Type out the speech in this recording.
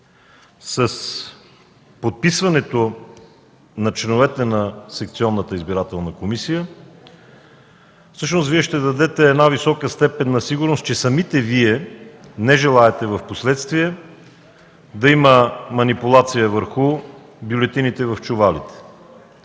С подписването на членовете на секционната избирателна комисия всъщност Вие ще дадете висока степен на сигурност, че самите Вие не желаете впоследствие да има манипулации върху бюлетините в чувалите.